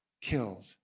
killed